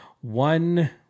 one